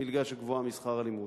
מלגה שגבוהה משכר הלימוד.